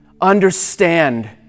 understand